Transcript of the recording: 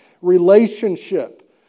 relationship